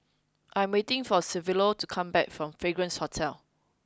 I am waiting for Silvio to come back from Fragrance Hotel